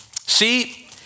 See